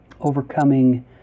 overcoming